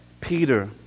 Peter